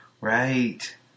Right